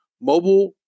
mobile